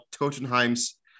Totenheim's